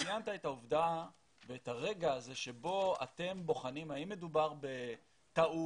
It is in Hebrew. ציינת את העובדה ואת הרגע הזה שבו אתם בוחנים האם מדובר בטעות,